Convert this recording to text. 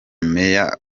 meya